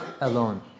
alone